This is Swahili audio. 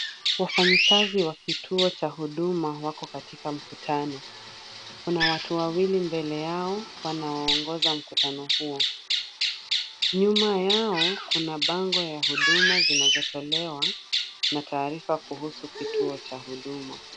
Wafanyikazi wa kituo cha huduma wako katika mkutano. Kuna watu wawili mbele yao wanaoongoza mkutano huo. Nyuma yao kuna bango ya huduma zinazotolewa na taarifa kuhusu kituo cha huduma.